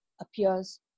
appears